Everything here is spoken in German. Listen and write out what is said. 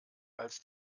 als